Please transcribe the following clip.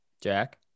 Jack